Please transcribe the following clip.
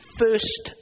first